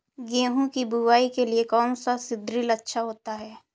गेहूँ की बुवाई के लिए कौन सा सीद्रिल अच्छा होता है?